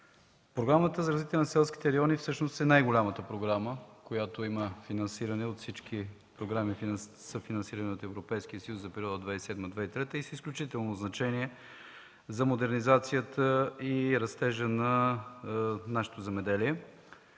Програмата за развитие на селските райони всъщност е най-голямата програма, която има финансиране от всички програми, съфинансирани от Европейския съюз за периода 2007-2013 г. и е с изключително значение за модернизацията и растежа на нашето земеделие.